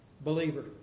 Believer